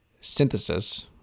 Synthesis